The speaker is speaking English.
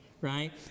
right